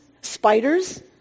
spiders